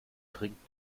trinkt